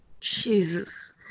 Jesus